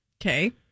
Okay